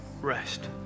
rest